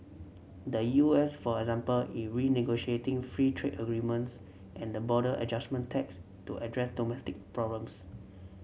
the U S for example it renegotiating free trade agreements and the border adjustment tax to address domestic problems